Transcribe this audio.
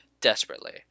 Desperately